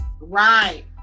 Right